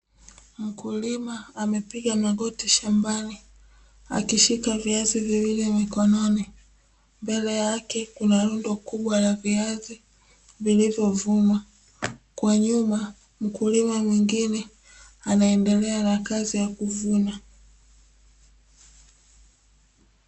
Mkulima amepiga magoti shambani akishika viazi viwili mkononi, mbele yake Kuna rundo kubwa la viazi vilivyovunwa, kwa nyuma mkulima mwingine anaendelea na kazi ya kuvuna.